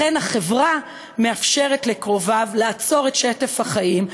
לכן החברה מאפשרת לקרוביו לעצור את שטף החיים,